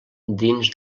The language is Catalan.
dins